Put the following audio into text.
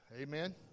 Amen